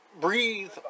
breathe